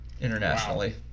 internationally